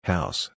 House